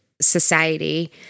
Society